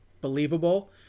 believable